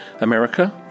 America